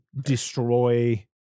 destroy